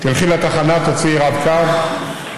תלכי לתחנה, תוציאי רב-קו,